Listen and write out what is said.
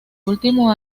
último